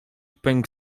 pękł